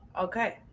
Okay